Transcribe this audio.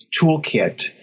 toolkit